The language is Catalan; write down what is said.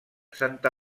santa